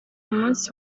munsi